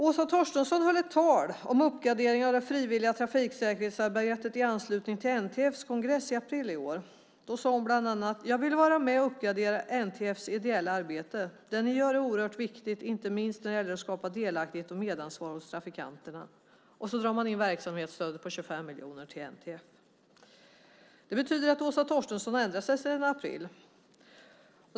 Åsa Torstensson höll ett tal om uppgradering av det frivilliga trafiksäkerhetsarbetet i anslutning till NTF:s kongress i april i år. Då sade hon bland annat: Jag vill vara med och uppgradera NTF:s ideella arbete. Det ni gör är oerhört viktigt, inte minst när det gäller att skapa delaktighet och medansvar hos trafikanterna. Och så drar man in verksamhetsstödet på 25 miljoner till NTF. Det betyder att Åsa Torstensson har ändrat sig sedan april.